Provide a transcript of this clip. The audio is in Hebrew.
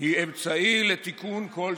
היא אמצעי לתיקון כלשהו,